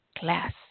glass